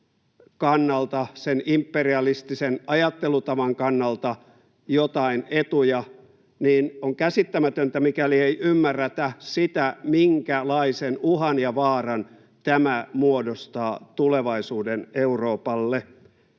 maan ja sen imperialistisen ajattelutavan kannalta jotain etuja. On käsittämätöntä, mikäli ei ymmärretä sitä, minkälaisen uhan ja vaaran tämä muodostaa tulevaisuuden Euroopalle.